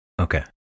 Okay